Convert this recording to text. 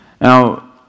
Now